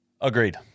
Agreed